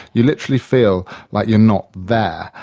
you literally feel like you're not there.